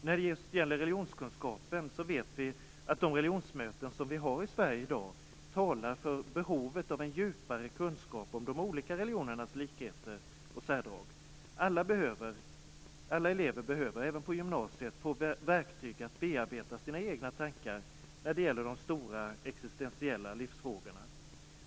När det just gäller religionskunskapen vet vi att de religionsmöten som vi har i Sverige i dag talar för behovet av en djupare kunskap om de olika religionernas likheter och särdrag. Alla elever behöver, även på gymnasiet, få verktyg att bearbeta sina egna tankar när det gäller de stora existentiella livsfrågorna.